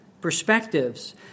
perspectives